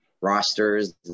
rosters